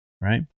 right